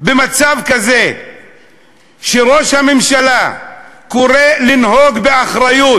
מצב כזה שראש הממשלה קורא לנהוג באחריות,